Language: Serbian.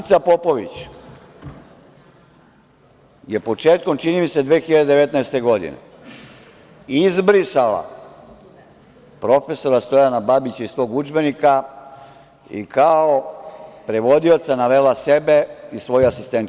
Danica Popović je početkom, čini mi se, 2019. godine izbrisala prof. Stojana Babića iz svog udžbenika i kao prevodioca navela sebe i svoju asistenkinju.